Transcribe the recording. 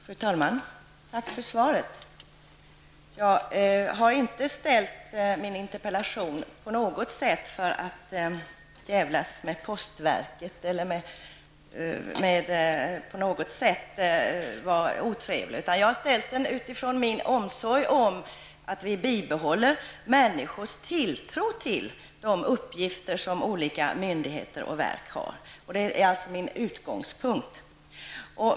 Fru talman! Tack för svaret. Jag har inte ställt min interpellation för att djävlas med postverket eller för att på något annat sätt vara otrevlig, utan jag har ställt den utifrån min omsorg om att vi bibehåller människors tilltro till de uppgifter som olika myndigheter och verk har. Det är alltså min utgångspunkt.